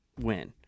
win